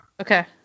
Okay